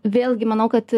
vėlgi manau kad